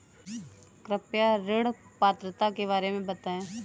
कृपया ऋण पात्रता के बारे में बताएँ?